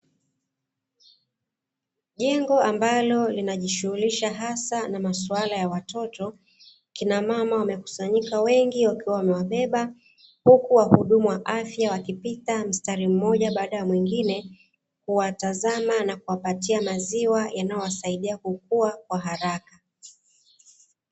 Jengo ambalo linajishughulisha hasa na maswala ya watoto, kinamama wamekusanyika wengi wakiwa wamewabeba huku wahudumu wa afya wakipita mstari mmoja baada ya mwengine, kuwatazama na kuwapatia maziwa yanayowasaidia kukua kwa haraka.